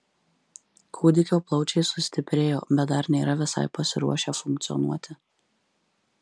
kūdikio plaučiai sustiprėjo bet dar nėra visai pasiruošę funkcionuoti